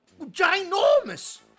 ginormous